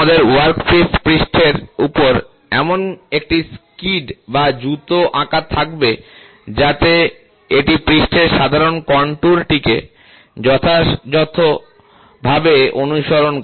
তোমাদের ওয়ার্কপিস পৃষ্ঠের উপরে এমন একটি স্কিড বা জুতো আঁকা থাকবে যাতে এটি পৃষ্ঠের সাধারণ কনট্যুরটিকে যথাসম্ভব যথাযথভাবে অনুসরণ করে